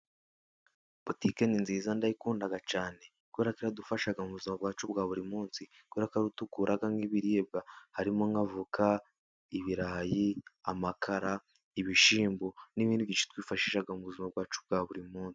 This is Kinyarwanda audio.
Botike ni nziza ndayikunda cyane, kubera ko iradufasha mu buzima bwacu bwa buri munsi , kubera ko tugura nk'ibiribwa harimo nk 'avoka, ibirayi, amakara, ibishyimbo, n'ibindi byinshi twifashisha mu buzima bwacu bwa buri munsi.